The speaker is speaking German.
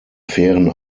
fairen